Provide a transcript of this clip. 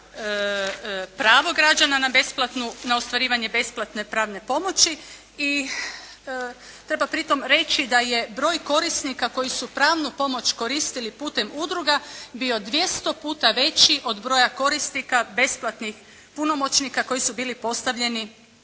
pravo građana na ostvarivanje besplatne pravne pomoći i treba pritom reći da je broj korisnika koji su pravnu pomoć koristili putem udruga bio 200 puta veći od broja korisnika besplatnih punomoćnika koji su bili postavljeni